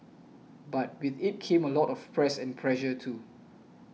but with it came a lot of press and pressure too